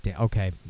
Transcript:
okay